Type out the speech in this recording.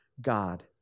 God